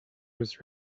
was